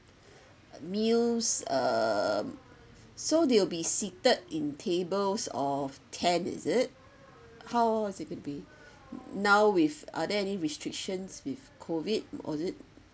meals um so they'll be seated in tables of ten is it how is it could be now with are there any restrictions with COVID or is it